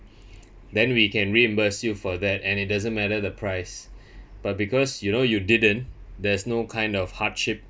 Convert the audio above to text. then we can reimburse you for that and it doesn't matter the price but because you know you didn't there's no kind of hardship